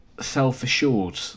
self-assured